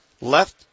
left